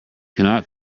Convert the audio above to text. cannot